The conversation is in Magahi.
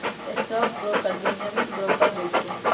स्टॉक ब्रोकर विनियमित ब्रोकर होइ छइ